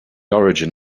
origin